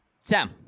Sam